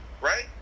right